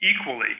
equally